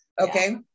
Okay